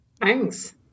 Thanks